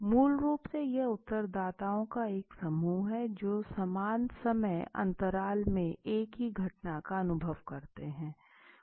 मूल रूप से यह उत्तरदाताओं का एक समूह है जो समान समय अंतराल में एक ही घटना का अनुभव करते हैं